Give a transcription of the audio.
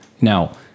Now